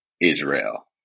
Israel